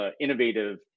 innovative